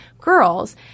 girls